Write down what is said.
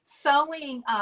sowing